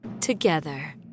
together